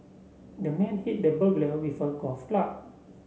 the man hit the burglar with a golf club